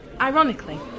Ironically